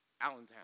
Allentown